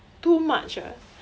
too much ah